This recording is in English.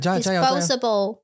disposable